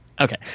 Okay